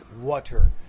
Water